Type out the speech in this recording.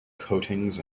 coatings